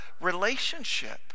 Relationship